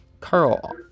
Carl